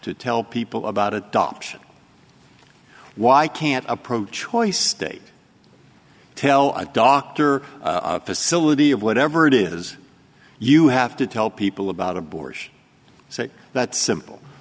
to tell people about adoption why can't a pro choice state tell a doctor facility of whatever it is you have to tell people about abortion say that simple